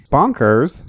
Bonkers